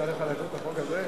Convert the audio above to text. אתה רוצה להכריז על החוק הבא?